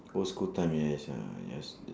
old school time yes ah yes